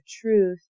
truth